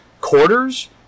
Quarters